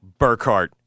Burkhart